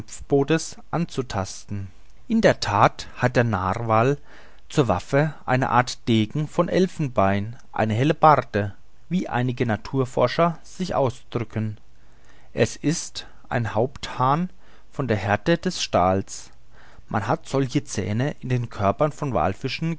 anzutasten in der that hat der narwal zur waffe eine art degen von elfenbein eine hellebarde wie einige naturforscher sich ausdrücken es ist ein hauptahn von der härte des stahls man hat solche zähne in den körpern von wallfischen